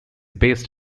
based